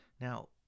Now